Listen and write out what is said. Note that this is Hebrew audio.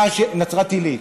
נצרת עילית.